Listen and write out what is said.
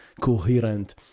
coherent